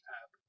app